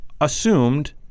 assumed